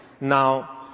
now